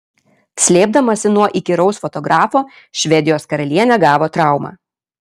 slėpdamasi nuo įkyraus fotografo švedijos karalienė gavo traumą